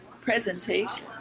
presentation